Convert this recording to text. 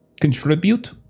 contribute